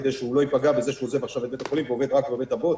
כדי שהוא לא ייפגע בכך שהוא עוזב לשרת בבית החולים ועובד רק בבית אבות,